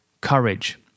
courage